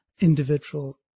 individual